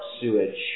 sewage